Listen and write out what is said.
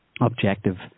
objective